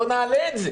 בוא נעלה את זה